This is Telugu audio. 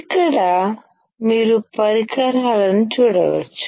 ఇక్కడ మీరు పరికరాలను చూడవచ్చు